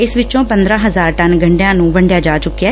ਇਸ ਵਿਚੋਂ ਪੰਦਰਾਂ ਹਜ਼ਾਰ ਟਨ ਗੰਡਿਆਂ ਨੂੰ ਵੰਡਿਆ ਜਾ ਚੁਕਿਐ